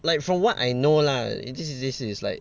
like from what I know lah this is this is like